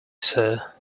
sir